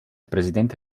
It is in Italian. presidente